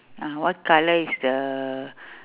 uh what colour is the